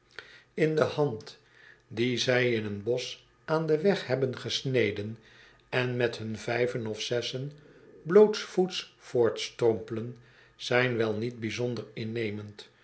aangedaan worden hand die zij in een bosch aan den weg hebben gesneden en met hun vijven of zessen blootsvoets voortstrompelen zijn wel niet bijzonder innemend